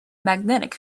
magnetic